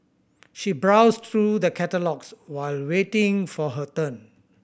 she browsed through the catalogues while waiting for her turn